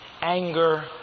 anger